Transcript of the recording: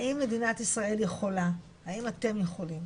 האם מדינת ישראל יכולה, האם אתם יכולים